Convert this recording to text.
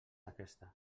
aquesta